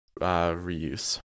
reuse